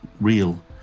real